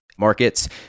markets